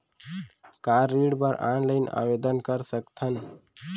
का ऋण बर ऑनलाइन आवेदन कर सकथन?